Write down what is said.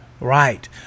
right